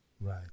Right